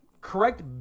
correct